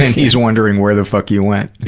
he's wondering where the fuck you went.